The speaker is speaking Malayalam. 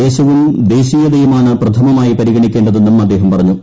ദേശവും ദേശീയതയുമാണ് പ്രഥമമായി പരിഗണിക്കേണ്ടതെന്നും അദ്ദേഹം പറഞ്ഞു